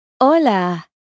Hola